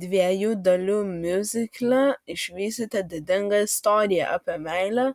dviejų dalių miuzikle išvysite didingą istoriją apie meilę